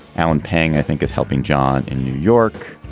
alan pang, i think, is helping john in new york.